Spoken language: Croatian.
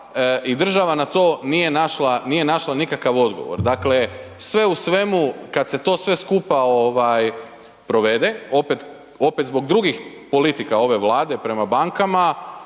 i država na to nije našla nikakav odgovor. Dakle, sve u svemu kad se to sve skupa provede, opet zbog drugih politika ove Vlade, prema bankama,